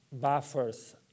buffers